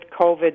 COVID